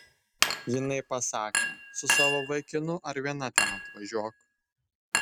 jinai pasakė su savo vaikinu ar viena ten atvažiuok